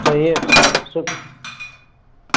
अछा इअं सु